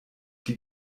die